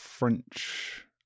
French